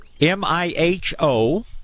M-I-H-O